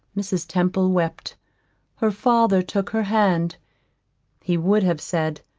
mrs. temple wept her father took her hand he would have said,